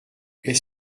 est